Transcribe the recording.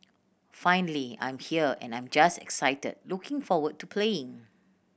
finally I'm here and I'm just excited looking forward to playing